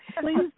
Please